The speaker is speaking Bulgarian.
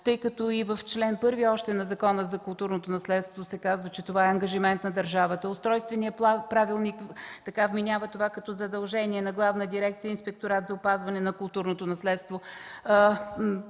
тъй като и в чл. 1 на Закона за културното наследство се казва, че това е ангажимент на държавата, а устройственият правилник вменява това като задължение на Главна дирекция „Инспекторат” за опазване на културното наследство.